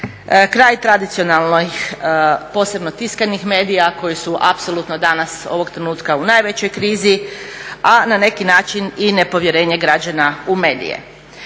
kraj tradicionalnoj, posebno tiskanih medija koji su apsolutno danas ovog trenutka u najvećoj krizi a na neki način i nepovjerenje građana u medije.